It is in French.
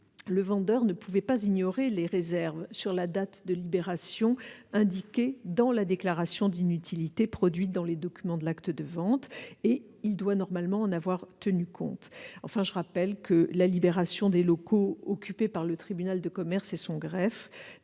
le vendeur ne pouvait pas ignorer les réserves portant sur la date de libération indiquée dans la déclaration d'inutilité produite dans les documents de l'acte de vente. Il doit normalement en avoir tenu compte. Enfin, la libération des locaux occupés par le tribunal de commerce et son greffe,